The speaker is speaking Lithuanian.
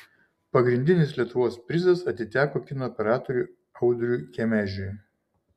pagrindinis lietuvos prizas atiteko kino operatoriui audriui kemežiui